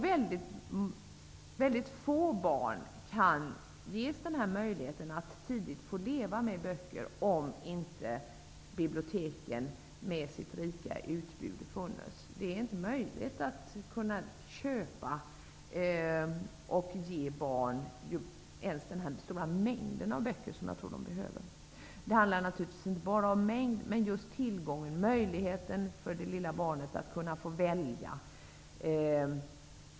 Väldigt få barn skulle ges denna möjlighet att tidigt få leva med böcker om inte biblioteken med sitt rika utbud hade funnits. Det är inte möjligt att köpa och ge barn den stora mängden böcker som jag tror att de behöver. Det handlar naturligtvis inte bara om mängden böcker men tillgången till dem, möjligheten för det lilla barnet att få välja.